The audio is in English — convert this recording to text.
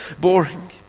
boring